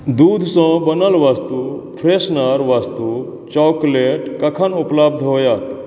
दूधसँ बनल वस्तु फ्रेशनर वस्तु वस्तु चाॅकलेट कखन उपलब्ध होयत